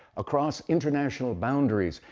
across international boundaries,